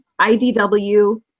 IDW